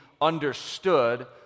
understood